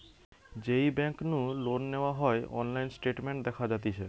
যেই বেংক নু লোন নেওয়া হয়অনলাইন স্টেটমেন্ট দেখা যাতিছে